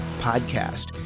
podcast